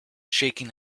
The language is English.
shaking